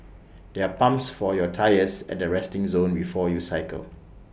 there are pumps for your tyres at the resting zone before you cycle